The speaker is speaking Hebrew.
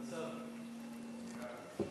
ההצעה להעביר